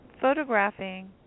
photographing